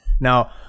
Now